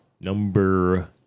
Number